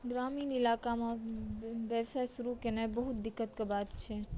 ग्रामीण इलाकामे व्यवसाय शुरू केनाइ बहुत दिक्कतके बात छै